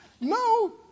No